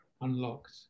unlocked